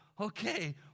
okay